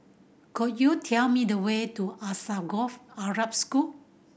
could you tell me the way to Alsagoff Arab School